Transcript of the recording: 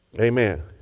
Amen